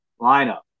lineup